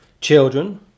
Children